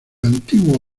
antiguo